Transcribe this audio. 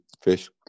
fish